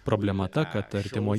problema ta kad artimoje